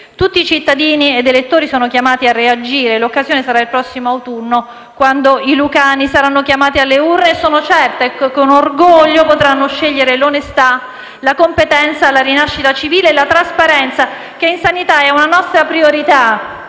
Tutti cittadini ed elettori sono chiamati a reagire e l'occasione sarà il prossimo autunno, quando i lucani saranno chiamati alle urne e sono certa che, con orgoglio, potranno scegliere l'onestà, la competenza, la rinascita civile e la trasparenza, che in sanità è una nostra priorità